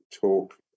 talk